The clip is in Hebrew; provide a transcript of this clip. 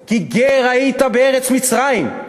כי גרים הייתם בארץ מצרים".